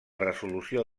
resolució